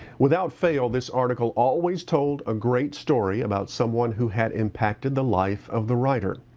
without fail, this article always told a great story about someone who had impacted the life of the writer.